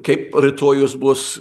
kaip rytojus bus